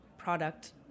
product